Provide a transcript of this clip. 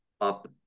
up